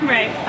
Right